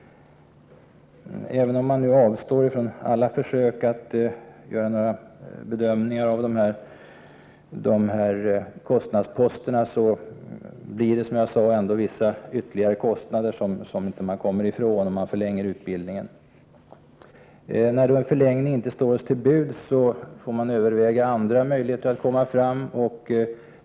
Även om man avstår från alla försök att göra några bedömningar av kostnadsposterna, blir det som jag sade ändå vissa ytterligare kostnader som man inte kommer ifrån om man förlänger utbildningen. När en förlängning således inte står oss till buds, får vi överväga andra möjligheter.